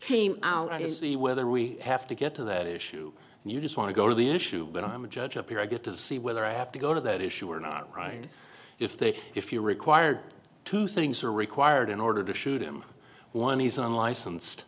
came out is the weather we have to get to that issue and you just want to go to the issue but i'm a judge up here i get to see whether i have to go to that issue or not right if they if you require two things are required in order to shoot him one he's unlicensed